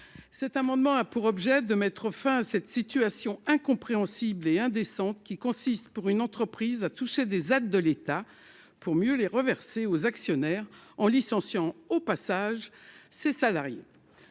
cet amendement a pour objet de mettre fin à cette situation incompréhensible et indécente qui consiste pour une entreprise à toucher des aides de l'État pour mieux les reverser aux actionnaires en licenciant au passage ces salariés